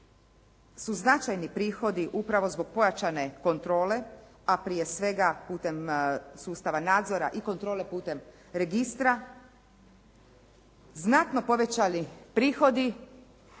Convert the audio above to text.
su značajni prihodi upravo zbog pojačane kontrole, a prije svega putem sustava nadzora i kontrole, putem registra znatno povećali prihodi